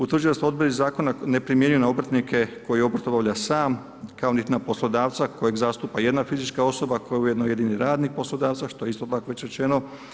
Utvrđuje se … ne primjenjuje na obrtnike koji obrt obavlja sam, kao nit na poslodavca kojeg zastupa jedna fizička osoba koja je ujedno i jedini radnik poslodavca, što je isto tako već rečeno.